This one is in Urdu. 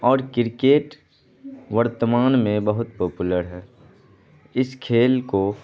اور کرکٹ ورتمان میں بہت پاپولر ہے اس کھیل کو